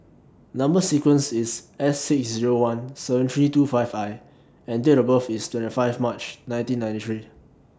Number sequence IS S six Zero one seven three two five I and Date of birth IS twenty five March nineteen ninety three